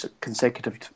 consecutive